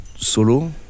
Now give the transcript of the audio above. solo